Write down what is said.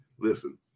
listen